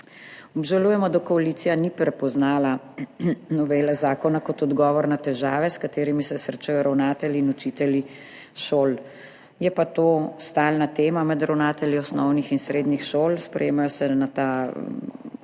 Obžalujemo, da koalicija ni prepoznala novele zakona kot odgovora na težave, s katerimi se srečujejo ravnatelji in učitelji šol, je pa to stalna tema med ravnatelji osnovnih in srednjih šol. Glede tega problema